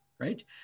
Right